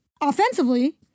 offensively